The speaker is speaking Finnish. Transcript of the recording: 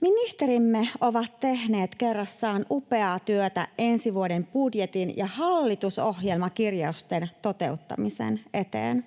Ministerimme ovat tehneet kerrassaan upeaa työtä ensi vuoden budjetin ja hallitusohjelmakirjausten toteuttamisen eteen.